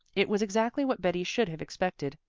it was exactly what betty should have expected,